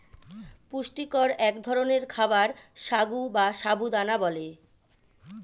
পুষ্টিকর এক ধরনের খাবার সাগু বা সাবু দানা বলে